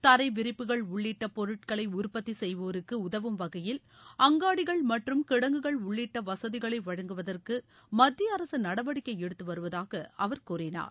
தரைவிரிப்புகள் உள்ளிட்ட பொருட்களை உற்பத்தி செய்வோருக்கு உதவும் வகையில் அங்காடிகள் மற்றும் கிடங்குகள் உள்ளிட்ட வசதிகளை வழங்குவதற்கு மத்திய அரசு நடவடிக்கை எடுத்து வருவதாக அவர் கூறினார்